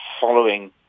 following